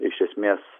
iš esmės